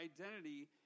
identity